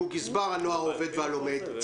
גזבר הנוער העובד והלומד.